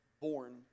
born